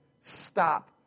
stop